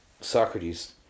Socrates